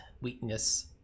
weakness